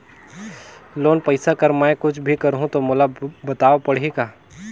Loan पइसा कर मै कुछ भी करहु तो मोला बताव पड़ही का?